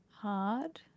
hard